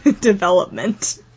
development